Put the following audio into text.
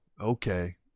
Okay